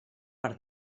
per